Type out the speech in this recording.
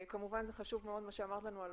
כמובן זה חשוב מאוד מה שאמרת לנו על